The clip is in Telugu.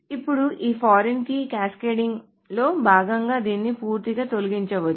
ఇప్పుడు ఈ ఫారిన్ కీ క్యాస్కేడింగ్లో భాగంగా దీనిని పూర్తిగా తొలగించవచ్చు